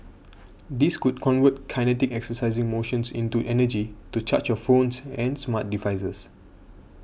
these could convert kinetic exercising motions into energy to charge your phones and smart devices